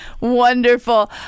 Wonderful